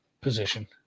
position